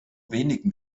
wenigen